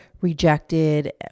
rejected